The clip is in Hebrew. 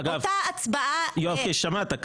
שמעת.